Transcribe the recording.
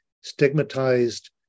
stigmatized